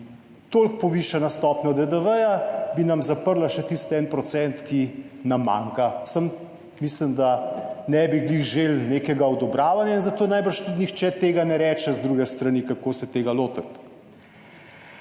toliko povišana stopnja DDV bi nam zaprla še tisti 1 %, ki nam manjka, samo mislim, da ne bi ravno želi nekega odobravanja in zato najbrž tudi nihče tega ne reče z druge strani, kako se tega lotiti.